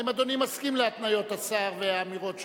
האם אדוני מסכים להתניות השר ולאמירות שלו?